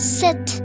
sit